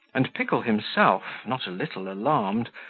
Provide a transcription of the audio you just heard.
and pickle himself, not a little alarmed,